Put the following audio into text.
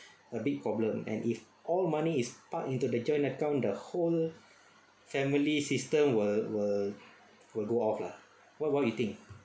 a big problem and if all money is park into the joint account the whole family system will will will go off lah what what you think